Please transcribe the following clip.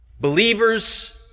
Believers